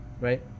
right